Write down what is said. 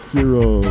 Zero